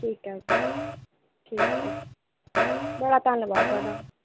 ठीक ऐ ठीक ऐ बड़ा धन्यबाद थुआढ़ा